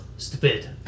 Stupid